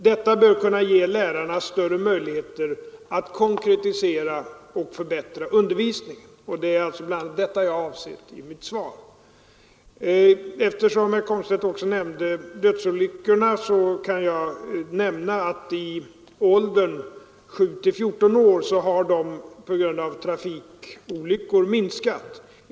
Detta bör kunna ge lärarna större möjligheter att konkretisera och förbättra undervisningen — och det är bl.a. detta jag avsett i mitt svar. Eftersom herr Komstedt också nämnde dödsolyckorna kan jag säga att dödsolyckor i trafik i åldrarna 7—14 år har minskat.